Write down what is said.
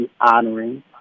honoring